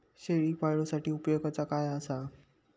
शेळीपाळूसाठी उपयोगाचा काय असा?